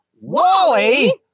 Wally